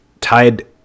tied